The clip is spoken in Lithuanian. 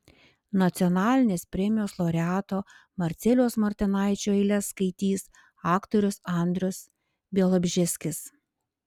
nacionalinės premijos laureato marcelijaus martinaičio eiles skaitys aktorius andrius bialobžeskis